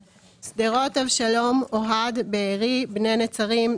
צאלים, ברוש,